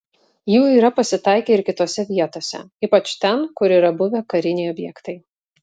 jų yra pasitaikę ir kitose vietose ypač ten kur yra buvę kariniai objektai